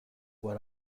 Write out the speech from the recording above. what